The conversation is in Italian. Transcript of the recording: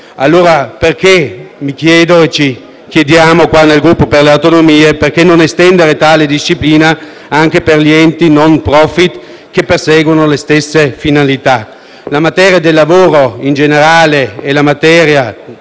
Allora, perché - mi chiedo e ci chiediamo come Gruppo per le Autonomie - non estendere tale disciplina anche agli enti *no profit* che perseguono le stesse finalità? La materia del lavoro in generale e la materia